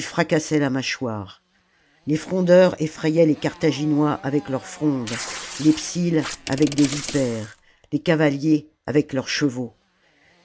fracassaient la mâchoire les frondeurs effrayaient les carthaginois avec leurs frondes les psylles avec des vipères les cavaliers avec leurs chevaux